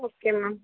okay ma'am